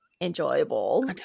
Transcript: enjoyable